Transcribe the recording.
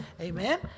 Amen